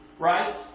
right